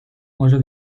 może